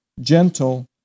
gentle